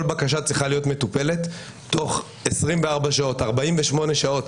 כל בקשה צריכה להיות מטופלת תוך 24 48 שעות.